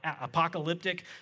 apocalyptic